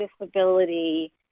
disability